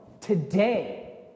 today